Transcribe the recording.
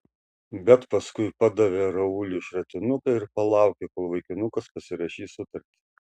bet paskui padavė rauliui šratinuką ir palaukė kol vaikinukas pasirašys sutartį